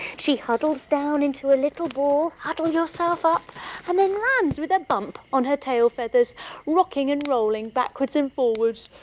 she huddles down into a little ball huddle yourself up and then lands with a bump on her tail feathers rocking and rolling backwards and forwards,